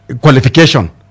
qualification